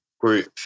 group